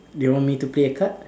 you want me to play a card